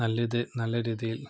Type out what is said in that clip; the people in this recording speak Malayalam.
നല്ല ഇത് നല്ലരീതിയില്